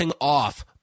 off